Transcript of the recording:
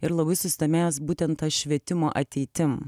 ir labai susidomėjęs būtent ta švietimo ateitim